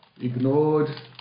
ignored